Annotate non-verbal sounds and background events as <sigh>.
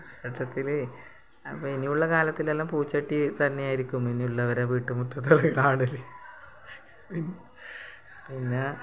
<unintelligible> അപ്പം ഇനിയുള്ള കാലത്തിലെല്ലാം പൂച്ചട്ടി തന്നെയായിരിക്കും ഇനിയുള്ളവരെ വീട്ടുമുറ്റത്തൊക്കെ കാണൽ പിന്നെ